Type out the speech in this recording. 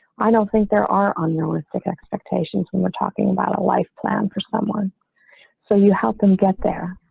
i don't think there are on your expectations when we're talking about a life plan for someone so you help them get there.